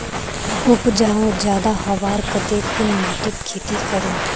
उपजाऊ ज्यादा होबार केते कुन माटित खेती करूम?